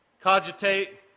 cogitate